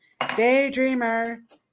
daydreamer